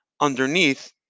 underneath